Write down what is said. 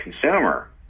consumer